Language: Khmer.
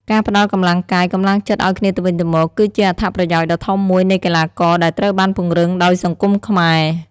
ការផ្តល់កម្លាំងកាយ កម្លាំងចិត្តអោយគ្នាទៅវិញទោមក គឺជាអត្ថប្រយោជន៍ដ៏ធំមួយនៃកីឡាករដែលត្រូវបានពង្រឹងដោយសង្គមខ្មែរ។